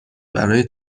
برای